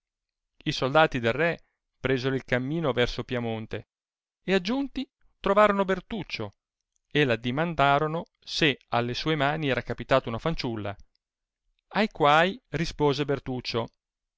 i soldati del re presero il cammino verso piamonie e aggiunti trovarono bertuccio e addimandarono se alle sue mani era capitata una fanciulla ai quai rispose bertuccio